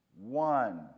one